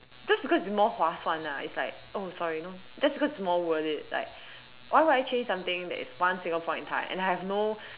just because it's more 划算 ah it's like oh sorry no just because it's more worth it like why would I change something that is one single point in time and I have no